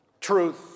truth